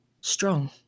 strong